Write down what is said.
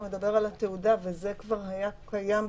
הוא מדבר על התעודה, וזה כבר היה קיים בתקנות.